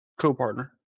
co-partner